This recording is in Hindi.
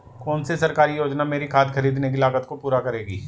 कौन सी सरकारी योजना मेरी खाद खरीदने की लागत को पूरा करेगी?